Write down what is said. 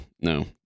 no